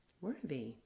worthy